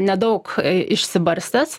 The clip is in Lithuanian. nedaug išsibarstęs